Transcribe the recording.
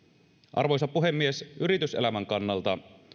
arvoisa puhemies yrityselämän kannalta